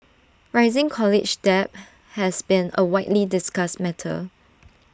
rising college debt has been A widely discussed matter